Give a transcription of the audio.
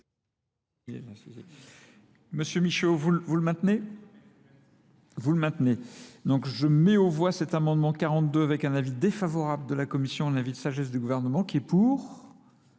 Monsieur Michel, vous le maintenez ? Vous le maintenez. Donc je mets au voie cet amendement 42, avec un avis défavorable de la Commission, avec un avis de sagesse du gouvernement, qui est pour ?